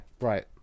right